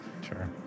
Sure